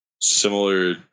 similar